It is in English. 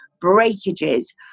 breakages